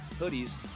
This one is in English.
hoodies